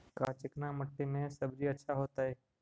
का चिकना मट्टी में सब्जी अच्छा होतै?